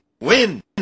win